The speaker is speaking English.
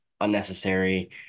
unnecessary